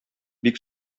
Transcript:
бик